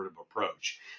approach